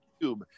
cube